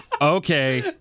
Okay